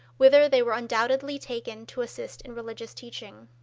whither they were undoubtedly taken to assist in religious teaching.